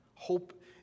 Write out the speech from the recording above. Hope